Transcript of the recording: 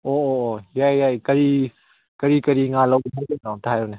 ꯑꯣ ꯑꯣ ꯌꯥꯏꯌꯦ ꯌꯥꯏꯌꯦ ꯀꯔꯤ ꯀꯔꯤ ꯀꯔꯤ ꯉꯥ ꯂꯧꯒꯦ ꯍꯥꯏꯗꯣꯏꯅꯣ ꯑꯃꯇ ꯍꯥꯏꯌꯨꯅꯦ